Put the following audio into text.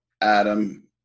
Adam